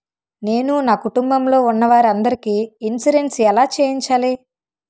నేను నా కుటుంబం లొ ఉన్న వారి అందరికి ఇన్సురెన్స్ ఎలా చేయించాలి?